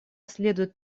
следует